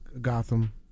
Gotham